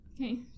Okay